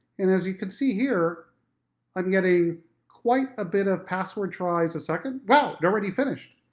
and as you can see here i'm getting quite a bit of password tries a second, wow! it already finished!